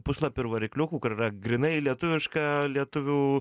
puslapių ir varikliukų kur yra grynai lietuviška lietuvių